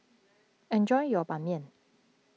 enjoy your Ban Mian